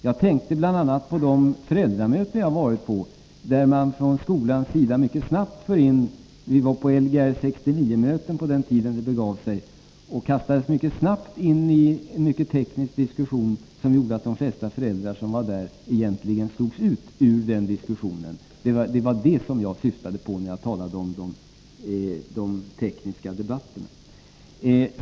Jag tänkte bl.a. på de föräldramöten som jag deltagit i. Vi var på Lgr 69-möten på den tiden det begav sig och kastades mycket snabbt in i en mycket teknisk diskussion, som gjorde att de flesta föräldrar som var med egentligen slogs ut ur diskussionen. Det var detta som jag syftade på när jag talade om de tekniska debatterna.